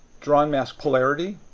drawn mask polarity.